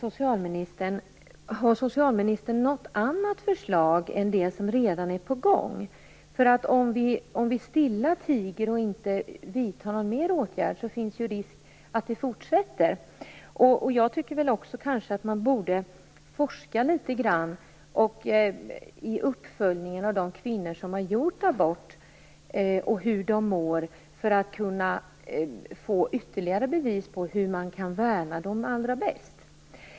Om vi tiger still och inte vidtar någon mer åtgärd finns risken att det fortsätter. Jag tycker att man borde forska litet grand och göra en uppföljning av hur de kvinnor mår som har gjort abort för att kunna få ytterligare kunskap om hur man kan värna dem allra bäst.